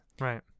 Right